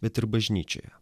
bet ir bažnyčioje